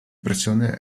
pressione